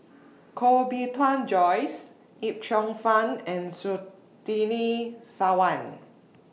Koh Bee Tuan Joyce Yip Cheong Fun and Surtini Sarwan